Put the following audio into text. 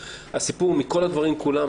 מכל הדברים כולם,